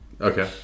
Okay